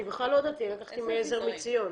אני בכלל לא ידעתי, לקחתי מ"עזר מציון".